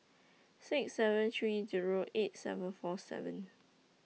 six seven three Zero eight seven four seven